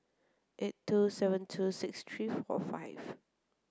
eight two seven two six three four five